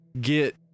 get